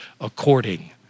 according